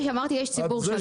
אמרתי: יש ציבור שלם.